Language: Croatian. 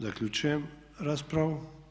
Zaključujem raspravu.